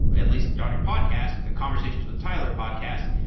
at least on your podcast, the conversations with tyler podcast,